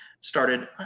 Started